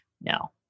no